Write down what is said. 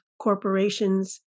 corporations